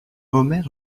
omer